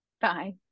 Bye